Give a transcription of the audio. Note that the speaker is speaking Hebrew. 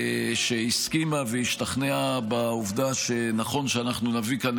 שהסכימה והשתכנעה בעובדה שנכון שאנחנו נביא כאן